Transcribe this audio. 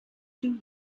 two